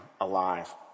alive